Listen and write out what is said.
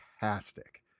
fantastic